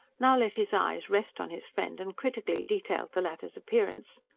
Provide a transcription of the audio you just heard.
now let his eyes rest on his friend and critically detailed the latter's appearance.